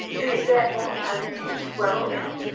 be it therefore as it is, well or ill,